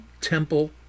temple